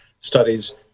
studies